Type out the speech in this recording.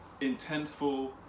intenseful